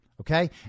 Okay